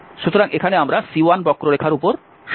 সুতরাং এখানে আমরা C1বক্ররেখার উপর সমাকলন করছি